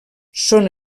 són